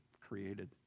created